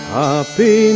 happy